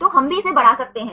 तो हम भी इसे बढ़ा सकते हैं